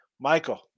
Michael